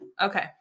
Okay